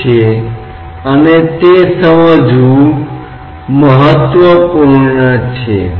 इसलिए यह एक साधारण स्टैटिक्स समस्या की तरह होगा जहां आपने सतह पर बल वितरित किया है